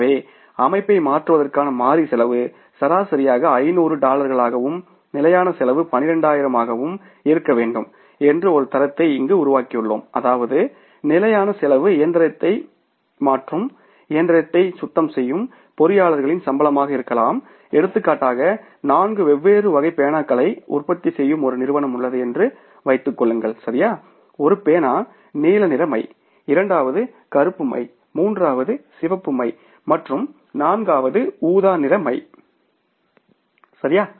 எனவே அமைப்பை மாற்றுவதற்கான மாறி செலவு சராசரியாக 500 டாலர்களாகவும் நிலையான செலவு 12000 ஆகவும் இருக்க வேண்டும் என்று ஒரு தரத்தை இங்கு உருவாக்கியுள்ளோம் அதாவது நிலையான செலவு இயந்திரத்தை மாற்றும் இயந்திரத்தை சுத்தம் செய்யும் பொறியியலாளர்களின் சம்பளமாக இருக்கலாம் எடுத்துக்காட்டாக நான்கு வெவ்வேறு வகை பேனாக்களை உற்பத்தி செய்யும் ஒரு நிறுவனம் உள்ளது என்று வைத்துக்கொள்ளுங்கள் சரியா ஒரு பேனா நீல நிற மை இரண்டாவது கருப்பு மை மூன்றாவது சிவப்பு மை மற்றும் நான்காவது ஊதா நிற மை சரியா